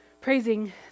praising